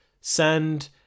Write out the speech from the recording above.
send